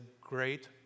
great